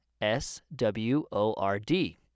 S-W-O-R-D